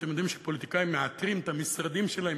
אתם יודעים שפוליטיקאים מעטרים את המשרדים שלהם